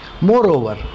Moreover